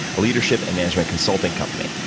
a leadership and management consulting company,